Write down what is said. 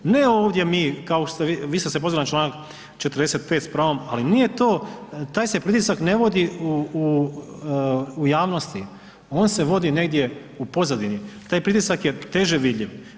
Ne ovdje mi kao što vi, vi ste se pozvali na članak 45. s pravom ali nije to, taj se pritisak ne vodi u javnosti, on se vodi negdje u pozadini, taj pritisak je teže vidljiv.